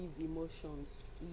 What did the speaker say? emotions